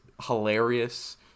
hilarious